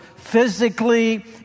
physically